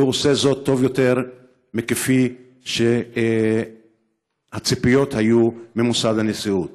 והוא עושה זאת טוב יותר מכפי שהציפיות היו ממוסד הנשיאות.